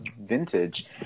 vintage